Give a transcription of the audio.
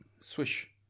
Swish